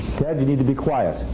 ted, you need to be quiet.